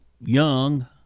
young